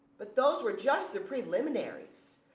but those were just the preliminaries.